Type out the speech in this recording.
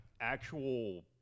actual